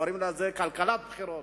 קוראים לזה "כלכלת בחירות".